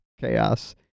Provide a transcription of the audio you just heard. chaos